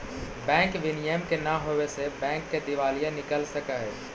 bank विनियम के न होवे से बैंक के दिवालिया निकल सकऽ हइ